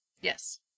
yes